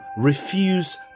refuse